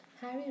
Harry